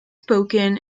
spoken